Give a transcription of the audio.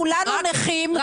כולנו נכים,